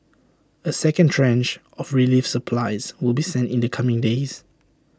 A second tranche of relief supplies will be sent in the coming days